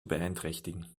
beeinträchtigen